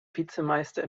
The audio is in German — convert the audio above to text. vizemeister